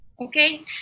okay